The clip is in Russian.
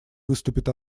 выступит